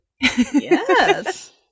Yes